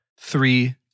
Three